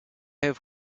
have